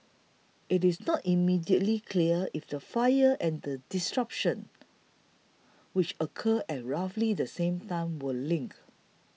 it is not immediately clear if the fire and the disruption which occurred at roughly the same time were linked